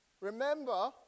Remember